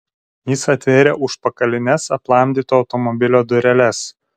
jis atvėrė užpakalines aplamdyto automobilio dureles